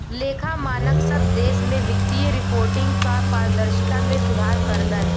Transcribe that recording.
लेखा मानक सब देश में वित्तीय रिपोर्टिंग क पारदर्शिता में सुधार करलन